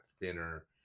thinner